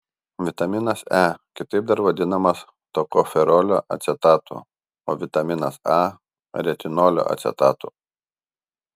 vitaminas e kitaip dar vadinamas tokoferolio acetatu o vitaminas a retinolio acetatu